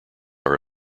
are